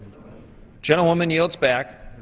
gentlewoman yields back.